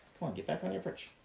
on. get back on your perch.